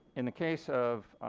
in the case of